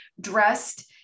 dressed